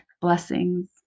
blessings